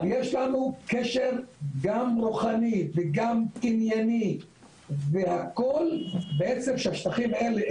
יש לנו קשר גם רוחני וגם ענייני והכל בעצם שהשטחים האלה,